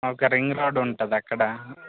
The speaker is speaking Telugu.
ఒక రింగ్ రోడ్డు ఉంటుంది అక్కడ